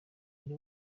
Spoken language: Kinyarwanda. ari